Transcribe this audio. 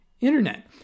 internet